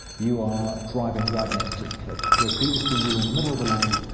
you are driving right next to the cliff. where previously you were in the middle of the lane,